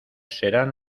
serán